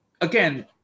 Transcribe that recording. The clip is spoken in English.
again